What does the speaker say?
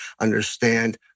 understand